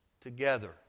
together